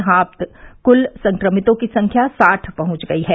यहां अब कुल संक्रमितों की संख्या साठ पहुंच गई है